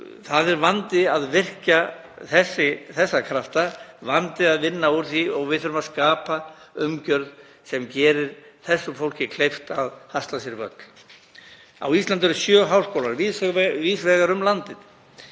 Það er vandi að virkja þessa krafta, vandi að vinna úr því og við þurfum að skapa umgjörð sem gerir þessu fólki kleift að hasla sér völl. Á Íslandi eru sjö háskólar víðs vegar um landið.